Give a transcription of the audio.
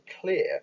clear